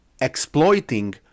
exploiting